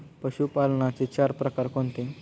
पशुपालनाचे चार प्रकार कोणते?